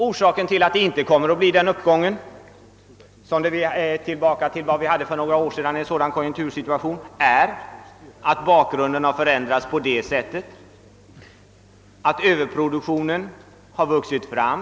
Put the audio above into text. Orsaken till att vi inte kommer att få samma uppgång i konjunkturerna som vi hade för några år sedan är att bakgrunden har förändrats därigenom att en överproduktion av varor har växt fram.